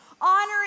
honoring